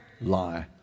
lie